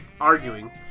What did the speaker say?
arguing